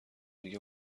دیگه